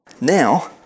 Now